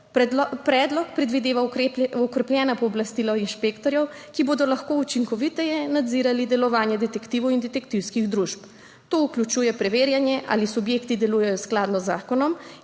Predlog predvideva okrepljena pooblastila inšpektorjev, ki bodo lahko učinkoviteje nadzirali delovanje detektivov in detektivskih družb. To vključuje preverjanje, ali subjekti delujejo skladno z zakonom